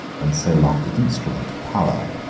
and so long the instrument of power,